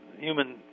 human